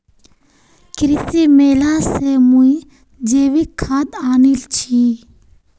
कृषि मेला स मुई जैविक खाद आनील छि